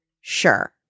Sure